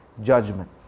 judgment